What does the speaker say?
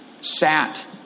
sat